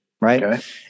Right